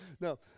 No